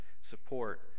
support